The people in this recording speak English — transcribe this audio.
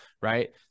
Right